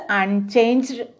unchanged